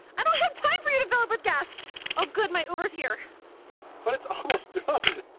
i don't have time for you to fill up with gas oh good. my uber is here but it's almost done